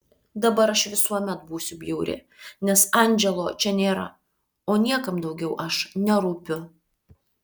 dabar aš visuomet būsiu bjauri nes andželo čia nėra o niekam daugiau aš nerūpiu